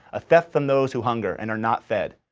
a theft from those who hunger and are not fed,